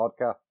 podcast